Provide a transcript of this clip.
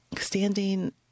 standing